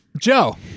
Joe